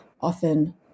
Often